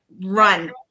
run